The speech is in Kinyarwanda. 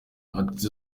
ati